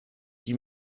die